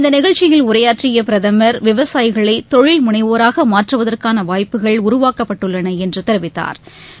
இந்த நிகழ்ச்சியில் உரையாற்றிய பிரதம் விவசாயிகளை தொழில் முனைவோராக மாற்றுவதற்கான வாய்ப்புகள் உருவாக்கப்பட்டுள்ளன என்று தெரிவித்தாா்